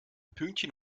pünktchen